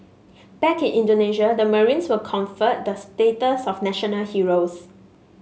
back in Indonesia the marines were conferred the status of national heroes